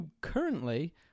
currently